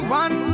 one